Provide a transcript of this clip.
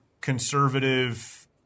conservative